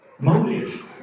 motive